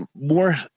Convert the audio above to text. more